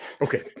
Okay